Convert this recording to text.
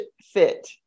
fit